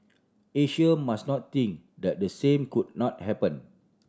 Asia must not think that the same could not happen